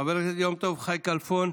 חבר הכנסת יום טוב חי כלפון,